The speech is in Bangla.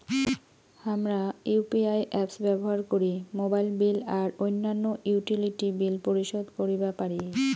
হামরা ইউ.পি.আই অ্যাপস ব্যবহার করি মোবাইল বিল আর অইন্যান্য ইউটিলিটি বিল পরিশোধ করিবা পারি